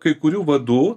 kai kurių vadų